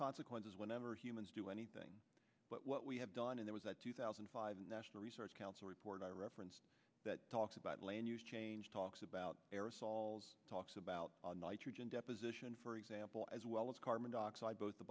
consequences whenever humans do anything but what we have done and it was two thousand and five national research council report i referenced that talks about land use change talks about aerosols talks about nitrogen deposition for example as well as carbon dioxide both the